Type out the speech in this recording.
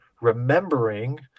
remembering